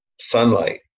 sunlight